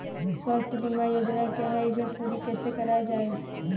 स्वास्थ्य बीमा योजना क्या है इसे पूरी कैसे कराया जाए?